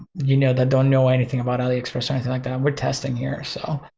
you know that don't know anything about aliexpress or anything like that. we're testing here so.